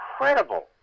incredible